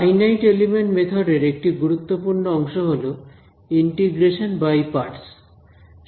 finite element method এর একটি গুরুত্বপূর্ণ অংশ হল ইন্টিগ্রেশন বাই পার্টস